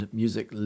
music